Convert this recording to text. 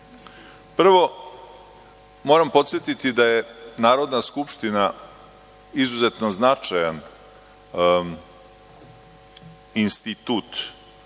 moram podsetiti da je Narodna skupština izuzetno značajan institut